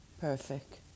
Perfect